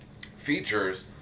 features